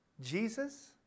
Jesus